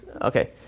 Okay